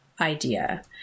idea